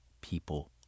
people